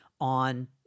on